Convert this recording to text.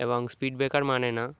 এবং speed breaker মানে না